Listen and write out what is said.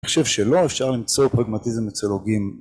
אני חושב שלא אפשר למצוא פרגמטיזם אצל הוגים